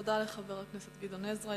תודה לחבר הכנסת גדעון עזרא.